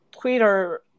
Twitter